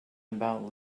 about